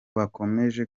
bakomeje